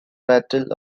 battle